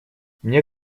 мне